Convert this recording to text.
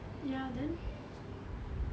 ya then